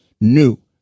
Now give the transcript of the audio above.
New